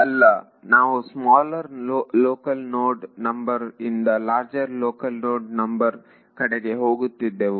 ಅಲ್ಲ ನಾವು smaller local node number ಇಂದ ಲಾರ್ಜರ್ ಲೋಕಲ್ ನೋಡ್ ನಂಬರ್ ಕಡೆಗೆ ಹೋಗುತ್ತಿದ್ದೆವು